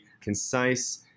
concise